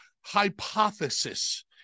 hypothesis